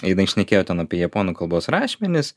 jinai šnekėjo ten apie japonų kalbos rašmenis